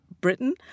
Britain